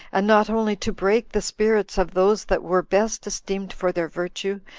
and not only to break the spirits of those that were best esteemed for their virtue,